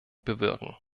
bewirken